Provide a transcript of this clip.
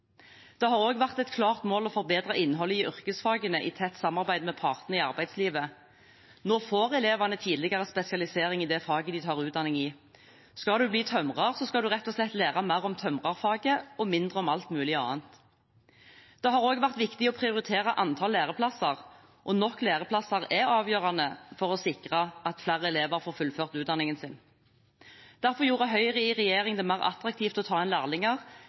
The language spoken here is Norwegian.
Det har også vært et klart mål å forbedre innholdet i yrkesfagene i tett samarbeid med partene i arbeidslivet. Nå får elevene tidligere spesialisering i det faget de tar utdanning i. Skal du bli tømrer, skal du rett og slett lære mer om tømrerfaget og mindre om alt mulig annet. Det har også vært viktig å prioritere antall læreplasser, og nok læreplasser er avgjørende for å sikre at flere elever får fullført utdanningen sin. Derfor gjorde Høyre i regjering det mer attraktivt å ta inn lærlinger